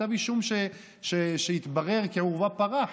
כתב אישום שיתברר כעורבא פרח,